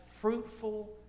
fruitful